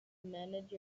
manage